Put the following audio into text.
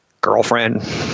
girlfriend